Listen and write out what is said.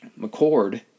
McCord